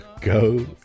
Go